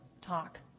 talk